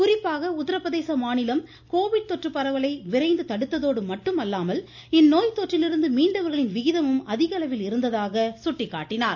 குறிப்பாக உத்தரப்பிரதேச மாநிலம் கோவிட் தொற்று பரவலை விரைந்து தடுத்ததோடு மட்டுமல்லாமல் இந்நோய் தொற்றிலிருந்து மீண்டவர்களின் விகிதமும் அதிகளவில் இருந்ததாக தெரிவித்தார்